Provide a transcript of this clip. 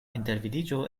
intervidiĝo